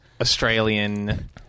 Australian